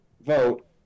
vote